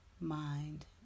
mind